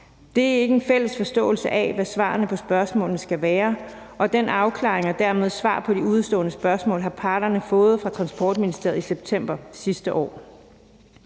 Det er ikke en fælles forståelse af, hvad svarene på spørgsmålene skal være, og den afklaring og dermed svar på de udestående spørgsmål har parterne fået fra Transportministeriet i september sidste år.